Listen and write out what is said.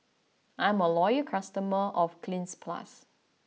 I'm a loyal customer of Cleanz Plus